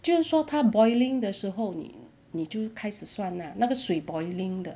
就是说他 boiling 的时候你你就开始算 lah 那个水 boiling 的